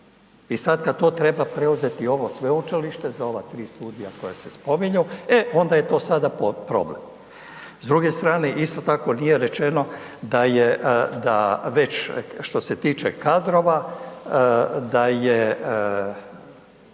i sad kad to treba preuzeti ovo sveučilište za ova tri studija koja se spominju, e onda je to sada problem. S druge strane, isto tako nije rečeno da je, da već što se tiče kadrova, da je,